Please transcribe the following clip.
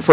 for